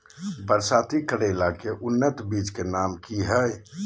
बरसाती करेला के उन्नत बिज के नाम की हैय?